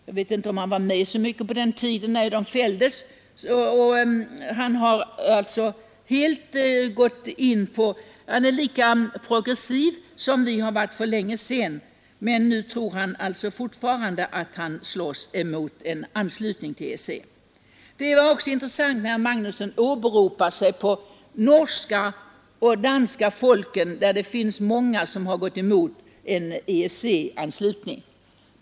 Jag vet inte om han var med så mycket på den tiden då våra uttalanden fälldes, men han är nu lika progressiv som vi var för länge sedan. Och nu tror han alltså fortfarande att han slåss emot en anslutning till EEC. Det var också intressant att herr Magnusson åberopade sig på de norska och danska folken, där många gått emot en EEC-anslutning.